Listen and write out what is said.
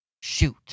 shoot